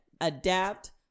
adapt